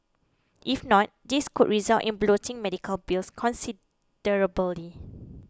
if not this could result in bloating medical bills considerably